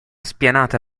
spianata